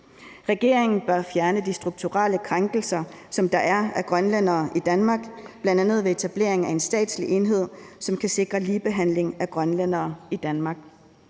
Regeringen bør fjerne de strukturelle krænkelser, som der er af grønlændere i Danmark, bl.a. ved etablering af en statslig enhed, som kan sikre ligebehandling af grønlændere i Danmark.